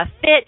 fit